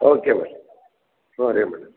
okay madam ಹ್ಞೂ ರೀ madam